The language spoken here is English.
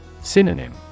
Synonym